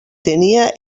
tenia